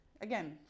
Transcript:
again